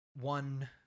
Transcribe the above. one